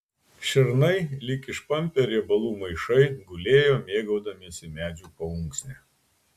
šernai lyg išpampę riebalų maišai gulėjo mėgaudamiesi medžių paunksne